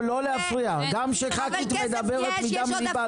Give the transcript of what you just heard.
כסף יש,